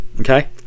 okay